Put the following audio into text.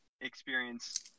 experience